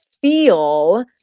feel